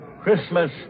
Christmas